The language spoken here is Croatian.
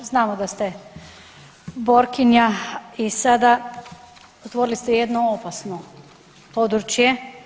Znamo da ste borkinja i sada stvorili ste jedno opasno područje.